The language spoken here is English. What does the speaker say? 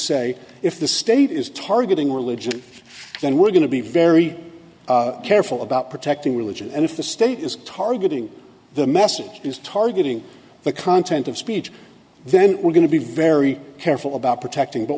say if the state is targeting religion then we're going to be very careful about protecting religion and if the state is targeting the message is targeting the content of speech then we're going to be very careful about protecting but